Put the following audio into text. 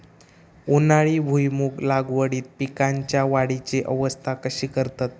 उन्हाळी भुईमूग लागवडीत पीकांच्या वाढीची अवस्था कशी करतत?